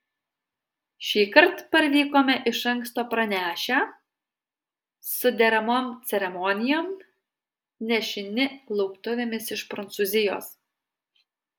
šįkart parvykome iš anksto pranešę su deramom ceremonijom nešini lauktuvėmis iš prancūzijos